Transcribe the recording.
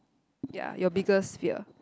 ya your biggest fear